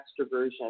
extroversion